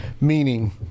Meaning